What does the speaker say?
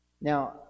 Now